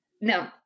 No